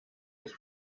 ist